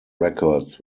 records